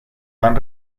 van